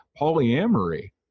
polyamory